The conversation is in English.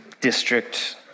District